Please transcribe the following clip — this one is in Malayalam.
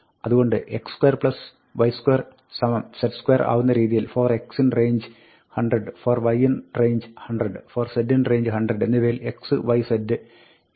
അതുകൊണ്ട് x2 y2 z2 ആവുന്ന രീതിയിൽ for x in range 100 for y in range 100 for z in range 100 എന്നിവയിൽ x y z എനിക്ക് വേണം